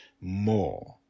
more